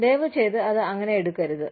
ദയവുചെയ്ത് അത് അങ്ങനെ എടുക്കരുത്